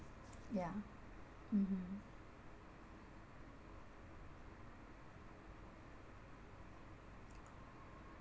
yeah mmhmm